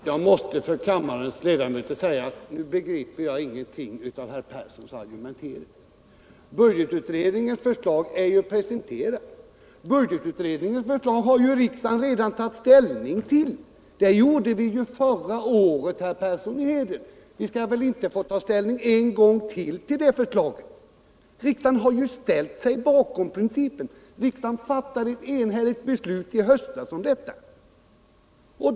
Herr talman! Jag måste till kammarens ledamöter säga att nu begriper jag ingenting av herr Perssons argumentering. Budgetutredningens förslag är presenterat, och riksdagen har redan tagit ställning till det. Det gjorde vi ju förra året, herr Persson, och vi skall väl inte ta ställning ännu en gång till det förslaget. Riksdagen har ställt sig bakom principen — riksdagen fattade ett enhälligt beslut i höstas om detta.